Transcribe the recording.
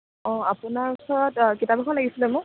অঁ আপোনাৰ ওচৰত কিতাপ এখন লাগিছিলে মোক